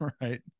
right